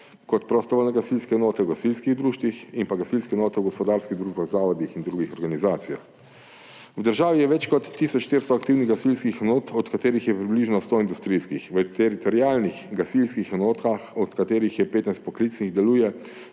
kot prostovoljne gasilske enote v gasilskih društvih in gasilske enote v gospodarskih družbah, zavodih in drugih organizacijah. V državi je več kot tisoč 400 aktivnih gasilskih enot, od katerih je približno 100 industrijskih. V teritorialnih gasilskih enotah, od katerih je 15 poklicnih, deluje